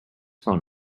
phone